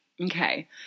Okay